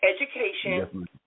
education